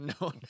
No